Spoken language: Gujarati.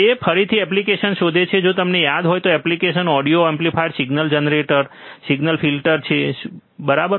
તે ફરીથી એપ્લિકેશન શોધે છે જો તમને યાદ હોય કે application audio amplifier signal generator signal filter શું છે બરાબર